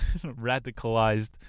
radicalized